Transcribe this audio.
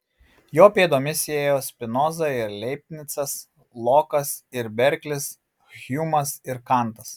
jo pėdomis ėjo spinoza ir leibnicas lokas ir berklis hjumas ir kantas